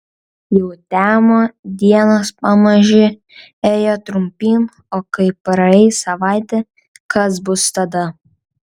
jau temo dienos pamaži ėjo trumpyn o kai praeis savaitė kas bus tada